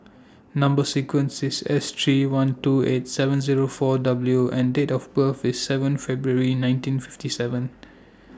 Number sequence IS S three one two eight seven Zero four W and Date of birth IS seven February nineteen fifty seven